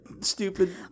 stupid